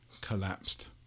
collapsed